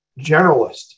generalist